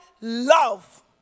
love